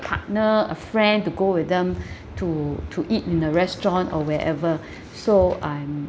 partner a friend to go with them to to eat in a restaurant or wherever so I'm